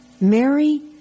Mary